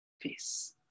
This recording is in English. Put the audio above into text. face